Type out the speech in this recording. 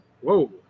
Whoa